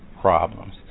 problems